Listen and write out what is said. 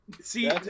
See